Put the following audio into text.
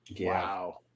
Wow